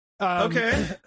Okay